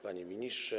Panie Ministrze!